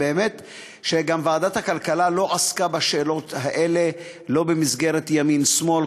באמת ועדת הכלכלה גם לא עסקה בשאלות האלה לא במסגרת ימין שמאל,